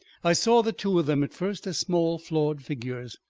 i saw the two of them at first as small, flawed figures.